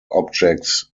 objects